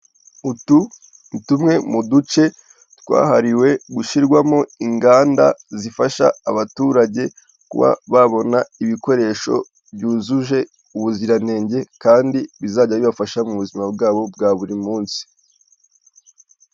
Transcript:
Utu ni tumwe mu duce twahariwe gushyirwamo inganda zifasha abaturage kuba babona ibikoresho byujuje ubuziranenge kandi bizajya bibafasha mu buzima bwabo bwa buri munsi.